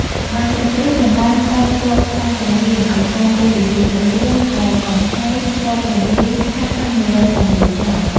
ដោយសុគ្រីពមិនបានកេណ្ឌទ័ណ្ឌថ្វាយព្រះរាម ឱ្យទាន់ពេលវេលាព្រះរាមក៏កំហែង រករំលាយ ខាស់ខិនបុរី ទាំងមូលចោល។